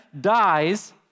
dies